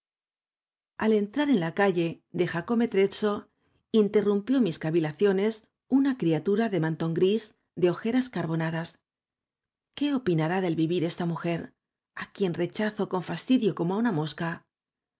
al entrar en la calle de jacometrezo interrumpió mis cavilaciones una criatura de mantón gris de ojeras carbonadas qué opinará del vivir esta mujer á quien rechazo con fastidio como á una mosca